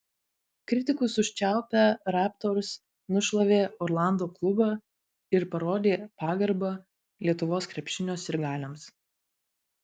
kritikus užčiaupę raptors nušlavė orlando klubą ir parodė pagarbą lietuvos krepšinio sirgaliams